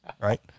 right